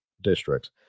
districts